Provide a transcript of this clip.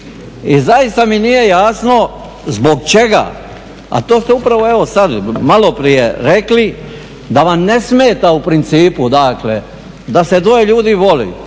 I zaista mi nije jasno zbog čega, a to ste upravo evo sad malo prije rekli da vam ne smeta u principu dakle da se dvoje ljudi voli,